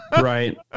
Right